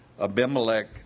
Abimelech